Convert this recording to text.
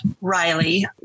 Riley